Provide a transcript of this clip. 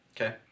Okay